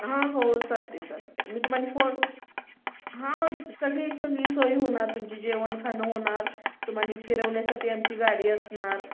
हां हो चालते चालते मी तुम्हाली फोन हां सगळी सगळी सोय होणार तुमची जेवण खाणं होणार तुम्हाली फिरवण्यासाठी आमची गाडी असणार